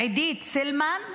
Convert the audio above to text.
עידית סילמן,